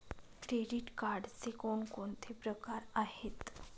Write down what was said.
Credit कार्डचे कोणकोणते प्रकार आहेत?